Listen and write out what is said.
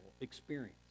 experience